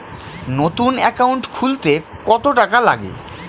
নতুন একাউন্ট খুলতে কত টাকা লাগে?